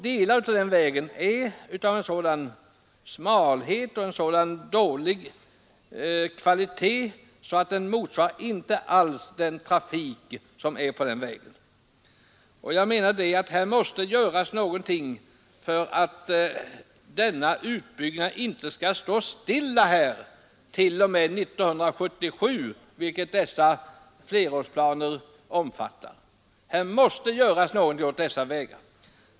Delar av den vägen är så smala och av så dålig kvalitet att vägen inte alls svarar mot de krav som måste ställas med hänsyn till trafikintensiteten. Här måste göras någonting för att inte utbyggnaden skall stå stilla på dessa vägar t.o.m. 1977, vilket flerårsplanerna tyder på. Det måste göras något åt dessa vägar.